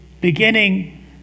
beginning